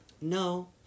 No